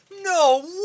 No